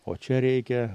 o čia reikia